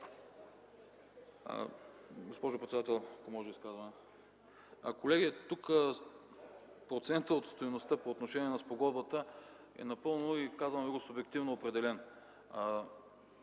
Госпожо председател, ако може изказване. Колеги, тук процентът от стойността по отношение на спогодбата е напълно субективно определен.